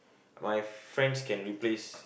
my friends can replace